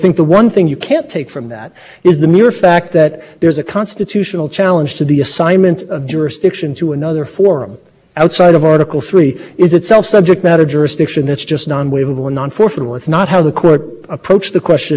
alluded to in in curan i think this is a stronger case for four whether you call it deference or whether you call it the court has to be firmly convinced that error has happened i think this is a stronger case precisely because they